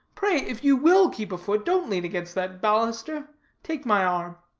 pray, if you will keep afoot, don't lean against that baluster take my arm.